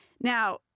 Now